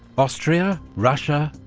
austria, russia,